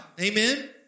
amen